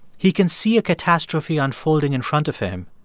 he can see a catastrophe unfolding in front of him,